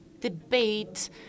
debate